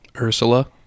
ursula